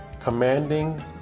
commanding